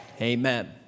amen